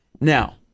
Now